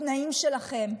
בתנאים שלכם.